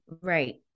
Right